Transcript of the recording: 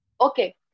Okay